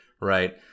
right